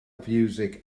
fiwsig